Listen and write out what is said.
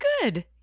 good